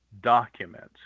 documents